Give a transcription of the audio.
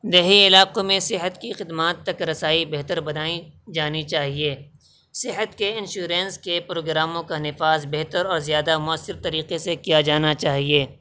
دیہی علاقوں میں صحت کی خدمات تک رسائی بہتر بنائی جانی چاہیے صحت کے انشورنس کے پروگراموں کا نفاذ بہتر اور زیادہ مؤثر طریقے سے کیا جانا چاہیے